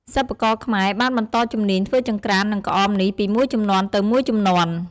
សិប្បករខ្មែរបានបន្តជំនាញធ្វើចង្ក្រាន និងក្អមនេះពីមួយជំនាន់ទៅមួយជំនាន់។